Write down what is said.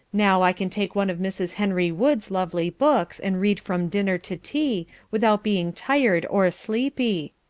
now, i can take one of mrs. henry wood's lovely books and read from dinner to tea, without being tired or sleepy.